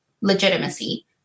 legitimacy